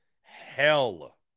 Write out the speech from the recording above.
hell